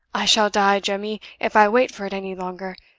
i shall die, jemmy, if i wait for it any longer.